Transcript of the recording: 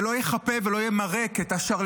זה לא יחפה ולא ימרק את השרלטנות,